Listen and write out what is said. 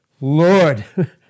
Lord